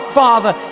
father